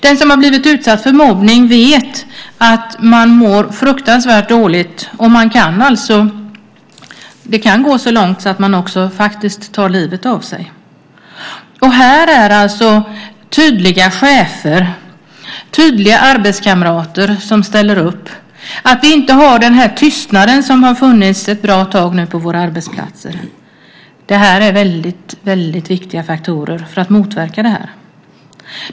Den som har blivit utsatt för mobbning vet att man mår fruktansvärt dåligt. Det kan gå så långt att man faktiskt tar livet av sig. Här är tydliga chefer och tydliga arbetskamrater som ställer upp - att inte ha tystnaden som har funnits ett bra tag på våra arbetsplatser - viktiga faktorer för att motverka mobbning.